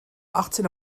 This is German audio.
achtzehn